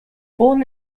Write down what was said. born